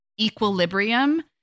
equilibrium